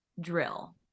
drill